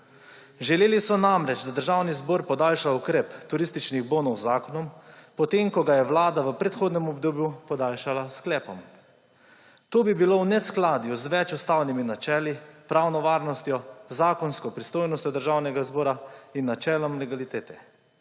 Želeli so namreč, da Državni zbor podaljša ukrep turističnih bonov z zakonom, potem ko ga je Vlada v predhodnem obdobju podaljšala s sklepom. To bi bilo v neskladju z več ustavnimi načeli, pravno varnostjo, zakonsko pristojnostjo Državnega zbora in načelom legalitete.